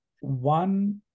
One